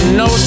no